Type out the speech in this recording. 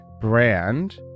brand